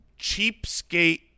cheapskate